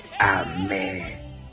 Amen